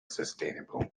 sustainable